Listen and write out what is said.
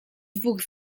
dwóch